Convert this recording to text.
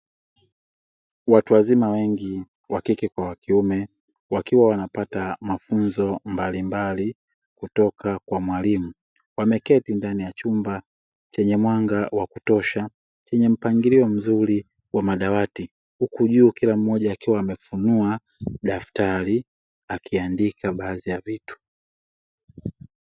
Watu wazima wengi wa kike kwa wa kiume wakiwa wanapata mafunzo mbalimbali kutoka kwa mwalimu, wameketi ndani ya chumba chenye mwanga wa kutosha chenye mpangilio mzuri wa madawati. Huku juu kila mmoja akiwa amefunua daftari akiandika baadhi ya vitu.